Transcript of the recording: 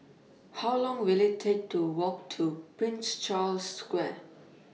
How Long Will IT Take to Walk to Prince Charles Square